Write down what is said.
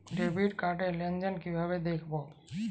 Debit card র লেনদেন কিভাবে দেখবো?